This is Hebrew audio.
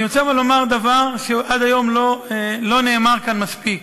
אבל אני רוצה לומר דבר שעד היום לא נאמר כאן מספיק: